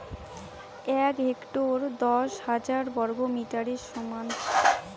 এক হেক্টর দশ হাজার বর্গমিটারের সমান